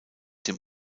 dem